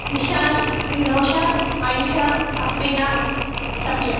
Vishal Rinosha Ayisha Afreena Safiya